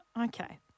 Okay